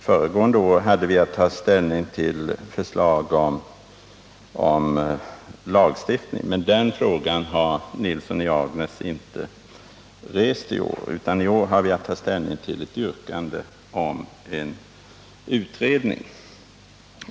Föregående år hade vi att ta ställning till förslag om lagstiftning: Det kravet har herr Nilsson i Agnäs inte rest i år, utan i år har vi som sagt håft att ta ställning till ett yrkande om utredning.